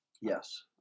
Yes